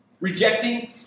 Rejecting